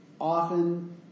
often